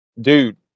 Dude